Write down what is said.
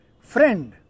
Friend